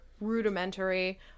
rudimentary